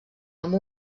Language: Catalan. amb